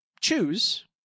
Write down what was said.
choose